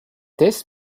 this